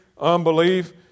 unbelief